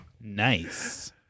Nice